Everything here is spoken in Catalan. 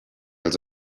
els